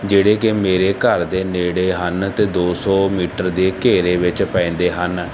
ਜਿਹੜੇ ਕਿ ਮੇਰੇ ਘਰ ਦੇ ਨੇੜੇ ਹਨ ਅਤੇ ਦੋ ਸੌ ਮੀਟਰ ਦੇ ਘੇਰੇ ਵਿੱਚ ਪੈਂਦੇ ਹਨ